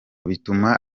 bituma